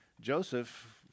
Joseph